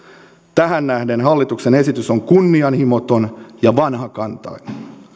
tähän nähden hallituksen esitys on kunnianhimoton ja vanhakantainen